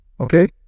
Okay